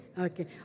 Okay